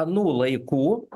anų laikų